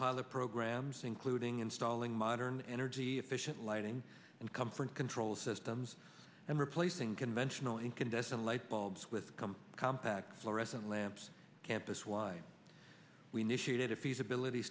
pilot programs including installing modern energy efficient lighting and comfort control systems and replacing conventional incandescent light bulbs with cum compact fluorescent lamps campus why we negotiated a peace ability